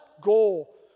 goal